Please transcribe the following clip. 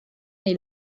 nei